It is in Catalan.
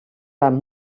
amb